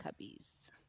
Cubbies